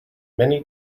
many